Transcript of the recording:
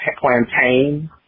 Plantain